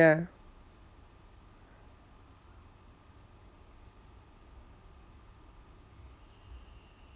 ya